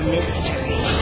Mystery